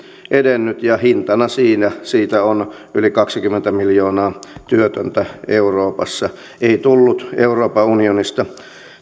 edennyt ja hintana siitä on yli kaksikymmentä miljoonaa työtöntä euroopassa ei tullut euroopan unionista